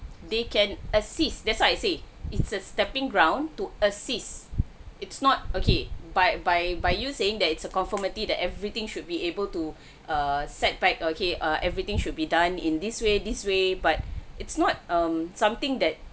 they can assist that's why I say it's a stepping ground to assist its not okay by by by you saying that it's a conformity that everything should be able to err setback okay err everything should be done in this way this way but it's not um something that